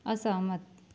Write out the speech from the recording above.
असहमत